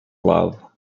love